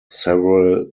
several